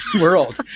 world